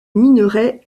minerais